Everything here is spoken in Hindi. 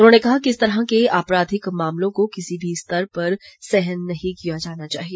उन्होंने कहा कि इस तरह के आपराधिक मामलों को किसी भी स्तर पर सहन नहीं किया जाना चाहिए